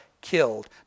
killed